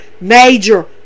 major